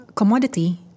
Commodity